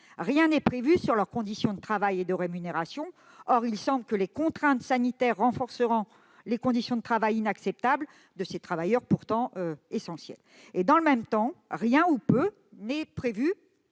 rien n'est prévu sur leurs conditions de travail et de rémunération. Or il semble que les contraintes sanitaires renforceront le caractère inacceptable des conditions de travail de ces travailleurs, pourtant essentiels. Dans le même temps, rien ou presque n'est prévu